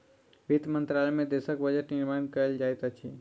वित्त मंत्रालय में देशक बजट निर्माण कयल जाइत अछि